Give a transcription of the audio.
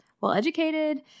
well-educated